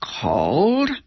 called